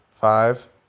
Five